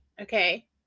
Okay